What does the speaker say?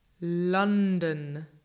London